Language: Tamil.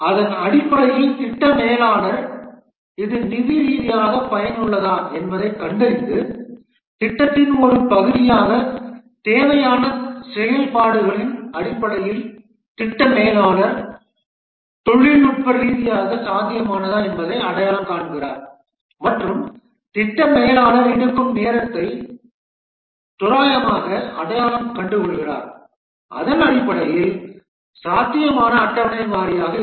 அதன் அடிப்படையில் திட்ட மேலாளர் இது நிதி ரீதியாக பயனுள்ளதா என்பதைக் கண்டறிந்து திட்டத்தின் ஒரு பகுதியாகத் தேவையான செயல்பாடுகளின் அடிப்படையில் திட்ட மேலாளர் தொழில்நுட்ப ரீதியாக சாத்தியமானதா என்பதை அடையாளம் காண்கிறார் மற்றும் திட்ட மேலாளர் எடுக்கும் நேரத்தை தோராயமாக அடையாளம் கண்டுகொள்கிறார் அதன் அடிப்படையில் சாத்தியமான அட்டவணை வாரியாக இருக்கும்